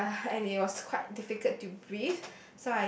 uh and it was quite difficult to breathe